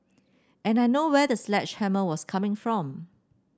and I know where the sledgehammer was coming from